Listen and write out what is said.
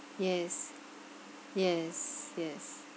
yes yes yes